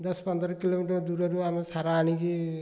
ଦଶ ପନ୍ଦର କିଲୋମିଟର୍ ଦୂରରୁ ଆମେ ସାର ଆଣିକି